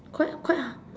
quite quite h~